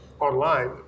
online